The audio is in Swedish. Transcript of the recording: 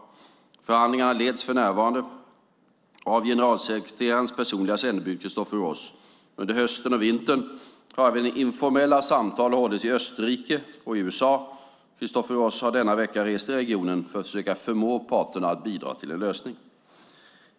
Förhandlingarna leds för närvarande av generalsekreterarens personliga sändebud Christopher Ross. Under hösten och vintern har även informella samtal hållits i Österrike och i USA. Christopher Ross har denna vecka rest i regionen för att försöka förmå parterna att bidra till en lösning.